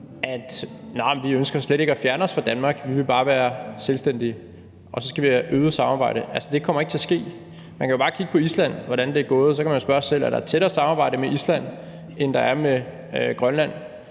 men vi ønsker slet ikke at fjerne os fra Danmark, vi vil bare være selvstændige, og så skal vi have et øget samarbejde, kommer altså ikke til at ske. Man kan jo bare kigge på Island, og hvordan det er gået, og så kan man jo spørge sig selv, om der er et tættere samarbejde med Island, end der er med Grønland.